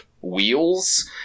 wheels